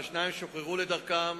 והשניים שוחררו לדרכם